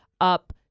up